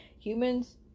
Humans